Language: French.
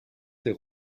ses